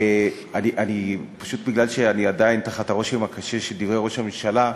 מכיוון שאני עדיין תחת הרושם הקשה של דברי ראש הממשלה,